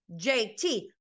JT